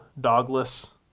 dogless